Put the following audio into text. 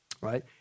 right